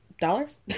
dollars